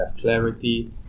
clarity